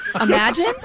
Imagine